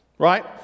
Right